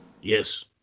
Yes